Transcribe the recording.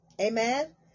Amen